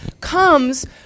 comes